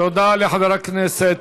תודה לחבר הכנסת